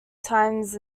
times